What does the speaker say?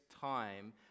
time